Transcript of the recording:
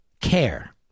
CARE